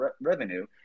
revenue